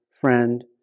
friend